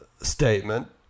statement